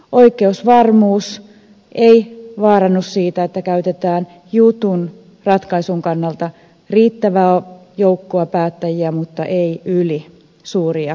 oikeusvarmuus ei vaarannu siitä että käytetään jutun ratkaisun kannalta riittävää joukkoa päättäjiä mutta ei ylisuuria kokoonpanoja